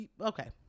Okay